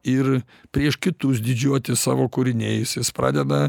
ir prieš kitus didžiuotis savo kūriniais jis pradeda